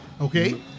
okay